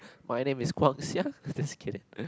my name is Guang-Xiang just kidding